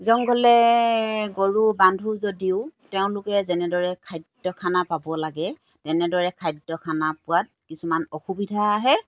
জংঘলে গৰু বান্ধো যদিও তেওঁলোকে যেনেদৰে খাদ্য খানা পাব লাগে তেনেদৰে খাদ্য খানা পোৱাত কিছুমান অসুবিধা আহে